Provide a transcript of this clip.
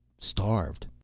starved.